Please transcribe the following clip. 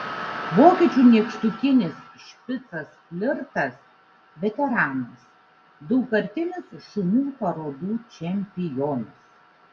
vokiečių nykštukinis špicas flirtas veteranas daugkartinis šunų parodų čempionas